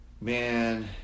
man